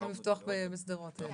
הולכים לפתוח גם בשדרות.